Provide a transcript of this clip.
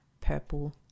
purple